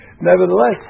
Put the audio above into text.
Nevertheless